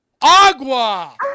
agua